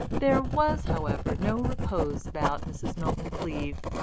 there was, however, no repose about mrs. milton-cleave,